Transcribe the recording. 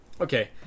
Okay